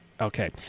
Okay